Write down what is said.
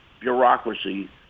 bureaucracy